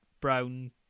brown